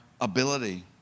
ability